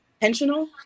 intentional